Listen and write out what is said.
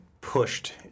pushed